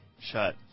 shut